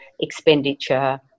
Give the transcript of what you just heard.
expenditure